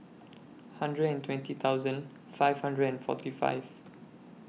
hundred and twenty thousand five hundred and forty five